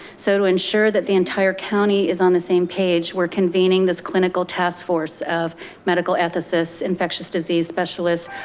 so to ensure that the entire county is on the same page we're convening this clinical task force of medical ethicists, infectious disease specialists,